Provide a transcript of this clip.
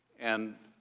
and,